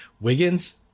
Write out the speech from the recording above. Wiggins